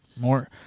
more